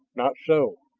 not so!